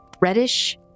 reddish